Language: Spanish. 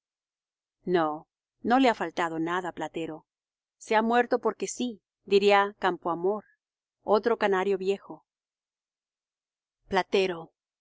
no no le ha faltado nada platero se ha muerto porque sí diría campoamor otro canario viejo platero